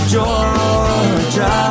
Georgia